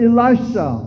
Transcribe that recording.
Elisha